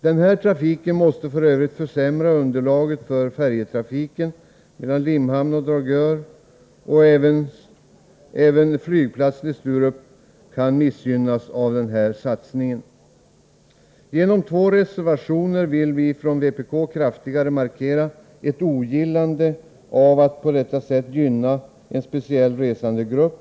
Den här trafiken måste f.ö. försämra underlaget för färjetrafiken Limhamn Dragör. Även Sturups flygplats kan missgynnas av denna satsning. Genom två reservationer vill vi från vpk kraftigare markera ett ogillande av att på detta sätt gynna en speciell resandegrupp.